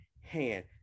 hand